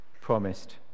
promised